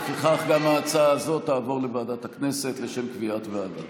לפיכך גם ההצעה הזו תעבור לוועדת הכנסת לשם קביעת ועדה.